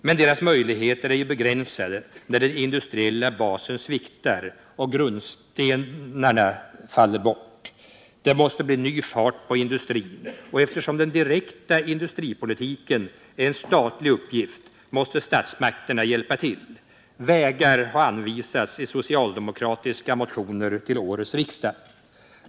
Men kommunernas möjligheter är ju begränsade, när den industriella basen sviktar och grundstenar faller bort. Det måste bli ny fart på industrin, och eftersom den direkta industripolitiken är en statlig uppgift måste statsmakterna hjälpa till. Vägar har anvisats i socialdemokratiska motioner till årets riksmöte.